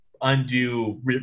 undo